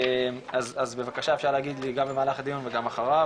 אז בבקשה אפשר להגיד לי גם במהלך הדיון וגם לאחריו,